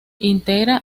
integra